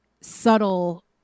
subtle